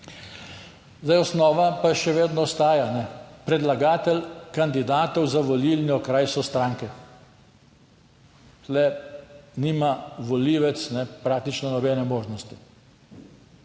Zdaj, osnova pa še vedno ostaja. Predlagatelj kandidatov za volilni okraj so stranke. Tu nima volivec praktično nobene možnosti